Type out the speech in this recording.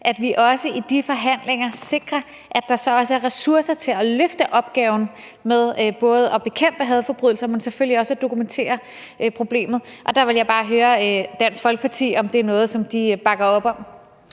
at vi i de forhandlinger så også sikrer, at der er ressourcer til at løfte opgaven med både at bekæmpe hadforbrydelser, men selvfølgelig også at dokumentere problemet. Der vil jeg bare høre Dansk Folkeparti, om det er noget, som de bakker op om.